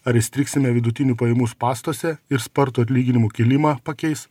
ar įstrigsime vidutinių pajamų spąstuose ir spartų atlyginimų kilimą pakeis